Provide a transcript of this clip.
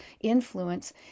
influence